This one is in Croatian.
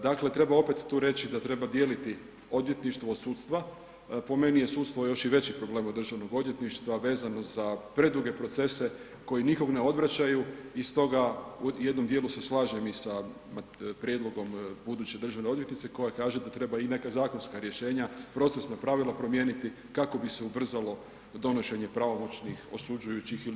Dakle opet tu reći da treba dijeliti odvjetništvo od sudstva, po meni je sudstvo još i veći problem od Državnog odvjetništva vezano za preduge procese koje nikog ne odvraćaju i stoga u jednom djelu se slažem i sa prijedlogom buduće državne odvjetnice koja kaže da treba i neka zakonska rješenja, procesna pravila promijeniti kako bi se ubrzalo donošenje pravomoćnih, osuđujućih ili